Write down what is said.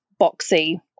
boxy